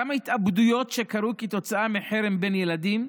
כמה התאבדויות קרו כתוצאה מחרם בין ילדים,